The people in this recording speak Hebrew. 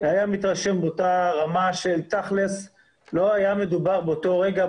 היה מתרשם באותה רמה שתכלס לא היה מדובר באותו רגע,